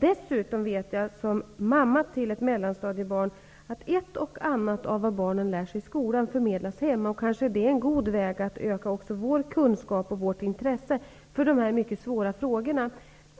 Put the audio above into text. Dessutom vet jag, som mamma till ett mellanstadiebarn, att ett och annat av det som barnen lär sig i skolan vidareförmedlas hemma. Det kanske är en god väg att öka också vår kunskap och vårt intresse för dessa mycket svåra frågor.